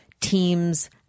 teams